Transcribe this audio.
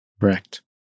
Correct